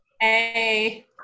Hey